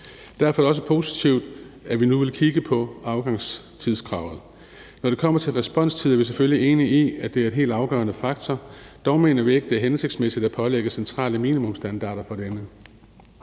Derfor er det også positivt, at vi nu vil kigge på afgangstidskravet. Når det kommer til responstider, er vi selvfølgelig enig i, at det er en helt afgørende faktor. Dog mener vi ikke, at det er hensigtsmæssigt at pålægge centrale minimumsstandarder for landet.